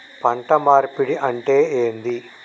పంట మార్పిడి అంటే ఏంది?